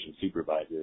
supervisor